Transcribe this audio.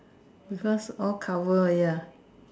because all cover ya